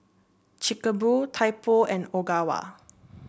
Chic A Boo Typo and Ogawa